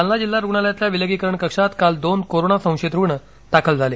जालना जिल्हा रुग्णालयातल्या विलगीकरण कक्षात काल दोन कोरोना संशयित रुग्ण दाखल झाले